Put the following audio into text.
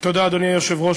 אדוני היושב-ראש,